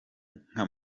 nka